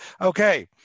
Okay